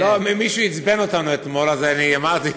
לא, מישהו עצבן אותנו אתמול, אז אני אמרתי,